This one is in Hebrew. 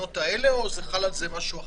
בתקנות האלה, או שחל על זה משהו אחר?